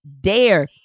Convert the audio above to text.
dare